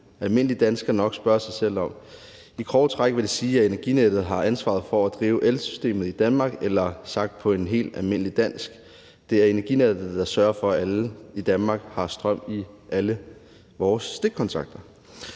almindelige dansker nok spørge sig selv om. I grove træk vil det sige, at Energinet har ansvar for at drive elsystemet i Danmark. Sagt på helt almindeligt dansk er det Energinet, der sørger for, at alle i Danmark har strøm i alle stikkontakterne.